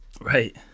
Right